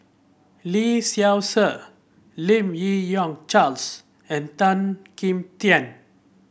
Lee Seow Ser Lim Yi Yong Charles and Tan Kim Tian